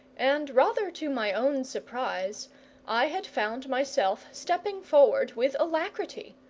and rather to my own surprise i had found myself stepping forward with alacrity,